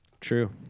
True